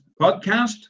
podcast